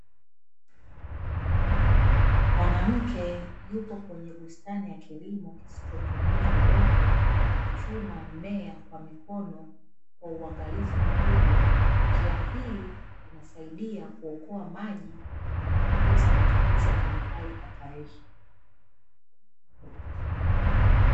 Mwanamke yupo kwenye bustani ya kilimo kisichotumia udongo akichuma mimea kwa mkono kwa uangalifu mkubwa, njia hii inasaidia kuokoa maji na kupunguza matumizi ya kemikali hatarishi.